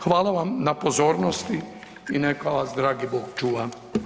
Hvala vam na pozornosti i neka vas dragi Bog čuva.